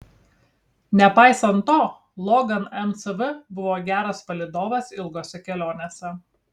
nepaisant to logan mcv buvo geras palydovas ilgose kelionėse